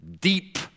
deep